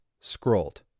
Scrolled